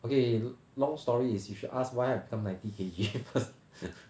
okay long story is you should ask why I become ninety K_G first